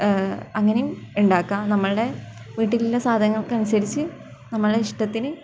അങ്ങനെയും ഉണ്ടാക്കാം നമ്മളുടെ വീട്ടിലുള്ള സാധനങ്ങള്ക്ക് അനുസരിച്ച് നമ്മുടെ ഇഷ്ടത്തിന്